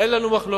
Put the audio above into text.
אין לנו מחלוקת.